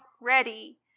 ready